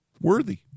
worthy